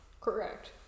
Correct